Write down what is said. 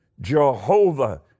Jehovah